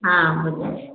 हाँ बोलिए